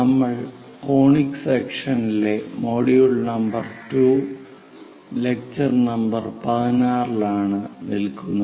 നമ്മൾ കോണിക് സെക്ഷൻസിലെ module number 2 lecture 16 ലാണ് നിൽക്കുന്നത്